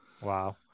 Wow